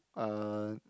uh